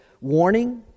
warning